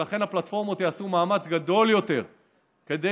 ולכן הפלטפורמות יעשו מאמץ גדול יותר כדי